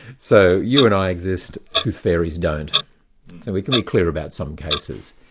so you and i exist, tooth fairies don't. so we can be clear about some cases.